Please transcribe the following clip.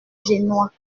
génois